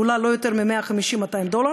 היא עולה לא יותר מ-200-150 דולר,